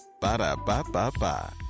Ba-da-ba-ba-ba